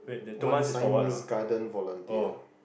one garden volunteer